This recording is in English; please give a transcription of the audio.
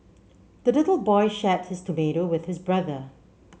the little boy shared his tomato with his brother